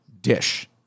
dish